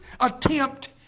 attempt